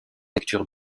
lecture